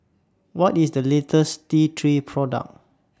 What IS The latest T three Product